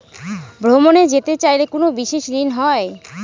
ভ্রমণে যেতে চাইলে কোনো বিশেষ ঋণ হয়?